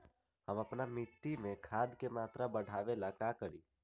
हम अपना मिट्टी में खाद के मात्रा बढ़ा वे ला का करी?